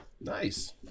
Nice